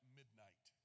midnight